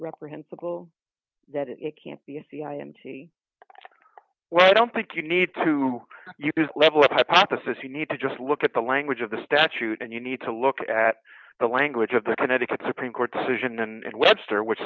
reprehensible that it can't be a cia entity well i don't think you need to level up hypothesis you need to just look at the language of the statute and you need to look at the language of the connecticut supreme court decision and webster which